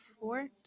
four